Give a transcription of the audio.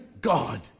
God